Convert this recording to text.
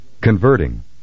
Converting